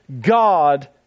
God